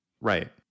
Right